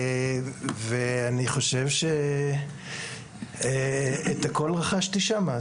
אני חושב שהכול רכשתי שם.